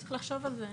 צריך לחשוב על זה.